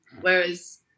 whereas